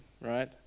right